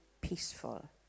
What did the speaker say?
peaceful